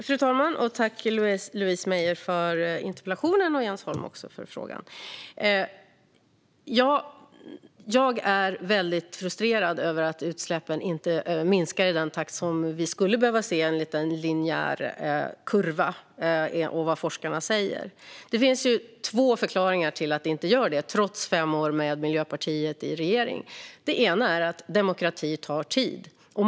Fru talman! Tack, Louise Meijer, för interpellationen och tack, Jens Holm, för frågorna! Jag är väldigt frustrerad över att utsläppen inte minskar i den takt som vi skulle behöva se enligt en linjär kurva och utifrån vad forskarna säger. Det finns två förklaringar till att de inte gör det trots fem år med Miljöpartiet i regering. Det ena är att demokrati tar tid.